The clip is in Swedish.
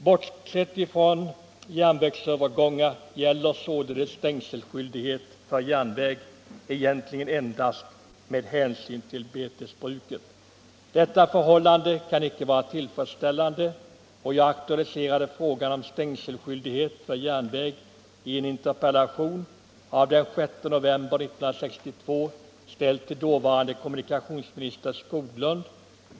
Bortsett från järnvägsövergångar gäller således stängselskyldighet för järnväg egentligen endast med hänsyn till betesbruket. Detta förhållande kan icke vara tillfredsställande. Jag aktualiserade frågan om stängselskyldighet för järnväg i en interpellation av den 6 november 1962, ställd till dåvarande kommunikationsministern Skoglund.